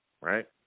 right